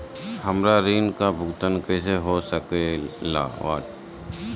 हमरा ऋण का भुगतान कैसे हो सके ला?